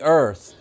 earth